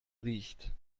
riecht